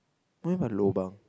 what you mean by lobang